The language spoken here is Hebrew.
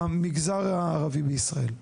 במגזר הערבי בישראל?